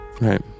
Right